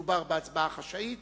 שמדובר בהצבעה חשאית.